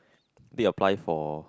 apply for